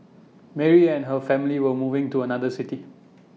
Mary and her family were moving to another city